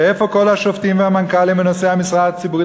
ואיפה כל השופטים והמנכ"לים ונושאי המשרה הציבורית